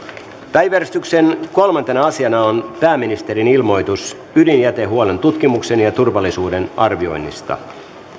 päiväjärjestyksen kolmantena asiana on pääministerin ilmoitus ydinjätehuollon tutkimuksen ja turvallisuuden arvioinnista